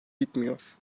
bitmiyor